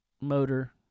motor